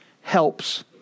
helps